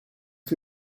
que